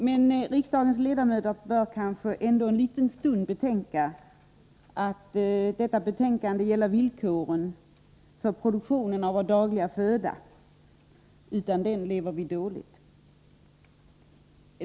Men riksdagens ledamöter bör kanske ändå en liten stund besinna att detta betänkande gäller villkoren för produktionen av vår dagliga föda — utan den lever vi dåligt.